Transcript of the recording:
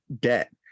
debt